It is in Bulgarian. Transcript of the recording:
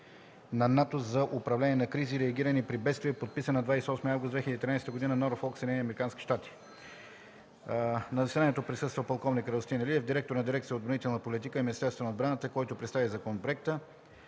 на НАТО за управление на кризи и реагиране при бедствия, подписан на 28 август 2013 г. в Норфолк, Съединени американски щати. На заседанието присъства полк. Радостин Илиев – директор на дирекция „Отбранителна политика” в Министерството на отбраната, който представи законопроекта.